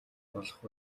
болох